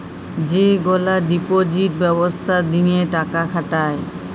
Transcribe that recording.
যেগলা ডিপজিট ব্যবস্থা দিঁয়ে টাকা খাটায়